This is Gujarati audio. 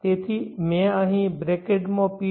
તેથી મેં અહીં બ્રેકેટમાં PV